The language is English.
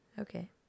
Okay